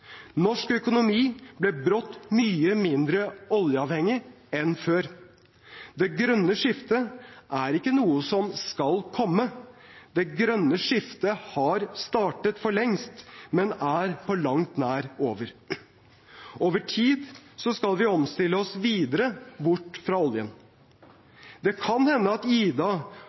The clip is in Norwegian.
Norsk økonomi ble brått mye mindre oljeavhengig enn før. Det grønne skiftet er ikke noe som skal komme. Det grønne skiftet har startet for lengst, men er på langt nær over. Over tid skal vi omstille oss videre bort fra oljen. Det kan hende at Ida